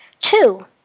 Two